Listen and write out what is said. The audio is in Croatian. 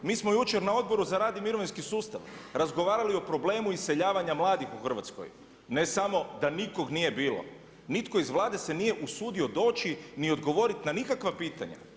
Mi smo jučer na Odboru za rad i mirovinski sustav razgovarali o problemu iseljavanja mladih u Hrvatskoj, ne samo da nikog nije bilo, nitko iz Vlade se nije usudio doći ni odgovoriti na nikakva pitanja.